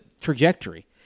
trajectory